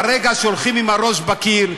ברגע שהולכים עם הראש בקיר,